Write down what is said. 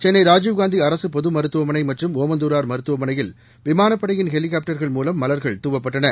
சென்னை ராஜீவ்காந்தி அரசு பொது மருத்துவமனை மற்றும் ஓமந்துரார் மருத்துவமனையில் விமானப்படையின் ஹெலிகாப்டர்கள் மூலம் மலர்கள் தூவப்பட்டன